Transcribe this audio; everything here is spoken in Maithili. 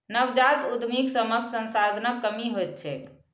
नवजात उद्यमीक समक्ष संसाधनक कमी होइत छैक